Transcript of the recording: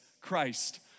Christ